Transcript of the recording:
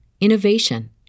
innovation